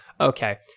okay